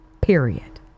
Period